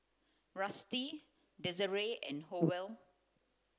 Rusty Desirae and Howell